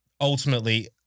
ultimately